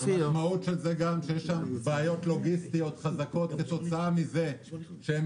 יש שם בעיות לוגיסטיות גדולות כתוצאה מכך שהם